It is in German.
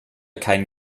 kein